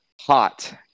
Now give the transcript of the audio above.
hot